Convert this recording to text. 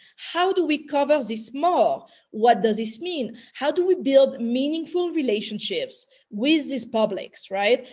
how do we cover this more? what does this mean? how do we build meaningful relationships with these publics? right?